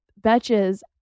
Betches